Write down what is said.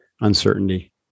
uncertainty